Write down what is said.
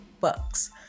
Bucks